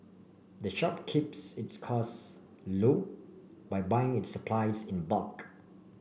the shop keeps its costs loo by buying its supplies in bulk